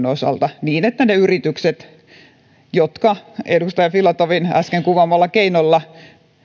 osalta niin että ne yritykset jotka edustaja filatovin äsken kuvaamalla keinolla